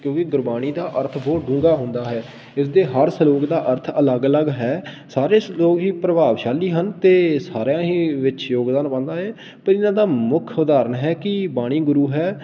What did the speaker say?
ਕਿਉਂਕਿ ਗੁਰਬਾਣੀ ਦਾ ਅਰਥ ਬਹੁਤ ਡੂੰਘਾ ਹੁੰਦਾ ਹੈ ਇਸਦੇ ਹਰ ਸਲੋਕ ਦਾ ਅਰਥ ਅਲੱਗ ਅਲੱਗ ਹੈ ਸਾਰੇ ਸਲੋਕ ਹੀ ਪ੍ਰਭਾਵਸ਼ਾਲੀ ਹਨ ਅਤੇ ਸਾਰਿਆਂ ਹੀ ਵਿੱਚ ਯੋਗਦਾਨ ਬਣਦਾ ਹੈ ਪਹਿਲਾਂ ਤਾਂ ਮੁੱਖ ਉਦਾਹਰਨ ਹੈ ਕਿ ਬਾਣੀ ਗੁਰੂ ਹੈ